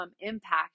impact